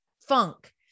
funk